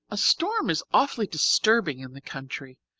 a storm is awfully disturbing in the country.